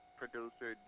producer